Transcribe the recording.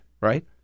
right